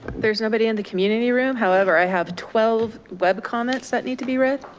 there's nobody in the community room however, i have twelve web comments that need to be read.